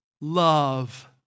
love